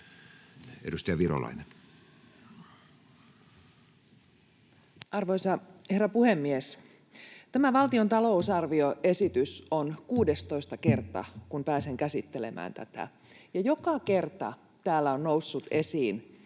Edustaja Virolainen. Arvoisa herra puhemies! Tämä valtion talousarvioesitys on 16. kerta, kun pääsen käsittelemään tätä, ja joka kerta täällä on noussut esiin